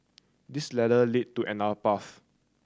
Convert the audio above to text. this ladder lead to another path